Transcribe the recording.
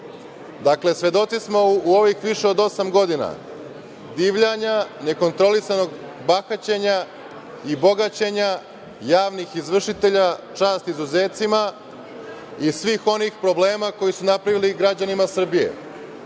meseci. Dakle, svedoci smo u ovih više od osam godina divljanja, nekontrolisanog bahaćenja i bogaćenja javnih izvršitelja, čast izuzecima i svih onih problema koje su napravili građanima